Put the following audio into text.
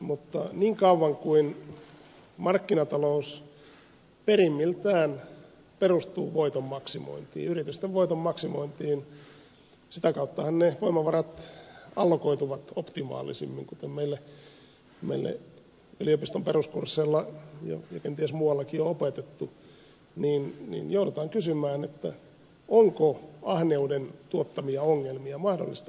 mutta niin kauan kuin markkinatalous perimmiltään perustuu voiton maksimointiin yritysten voiton maksimointiin sitä kauttahan ne voimavarat allokoituvat optimaalisimmin kuten meille yliopiston peruskursseilla ja kenties muuallakin on opetettu niin joudutaan kysymään onko ahneuden tuottamia ongelmia mahdollista ylipäätään välttää